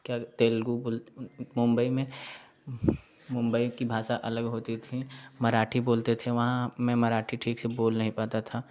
क्या तेलुगु बोल मुंबई में मुंबई की भाषा अलग होती थी मराठी बोलते थे वहाँ मैं मराठी ठीक से बोल नहीं पाता था